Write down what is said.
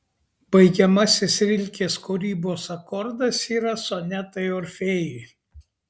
baigiamasis rilkės kūrybos akordas yra sonetai orfėjui